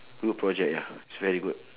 good project ya is very good